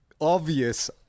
obvious